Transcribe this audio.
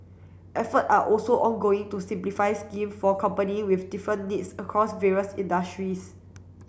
effort are also ongoing to simplify scheme for company with different needs across various industries